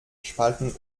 spalten